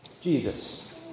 Jesus